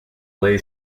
play